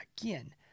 again